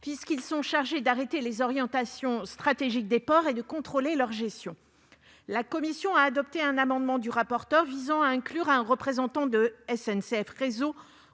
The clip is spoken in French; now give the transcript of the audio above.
qu'ils sont chargés d'arrêter les orientations stratégiques des ports et de contrôler leur gestion. La commission a adopté un amendement du rapporteur visant à inclure un représentant de SNCF Réseau